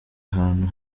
ahantu